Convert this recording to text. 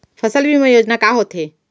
फसल बीमा योजना का होथे?